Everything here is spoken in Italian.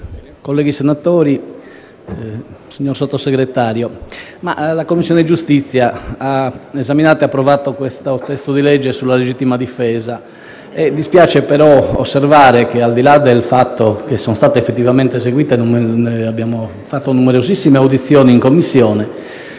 colleghi senatori, signor Sottosegretario, la Commissione giustizia ha esaminato e approvato questo testo di legge sulla legittima difesa. Dispiace però osservare che, al di là del fatto che sono state effettivamente svolte numerosissime audizioni in Commissione,